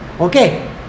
Okay